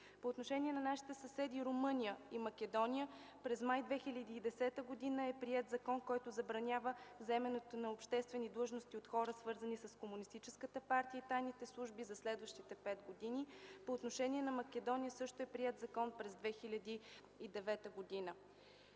По отношение на нашите съседи Румъния и Македония, през м. май 2010 г. е приет закон, който забранява заемането на обществени длъжности от хора, свързани с Комунистическата партия и тайните служби, за следващите пет години. По отношение на Македония също е приет закон през 2009 г.